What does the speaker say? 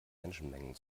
menschenmengen